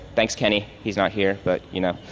thanks, kenny. he's not here, but you know.